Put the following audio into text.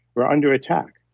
we're under attack.